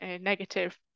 negative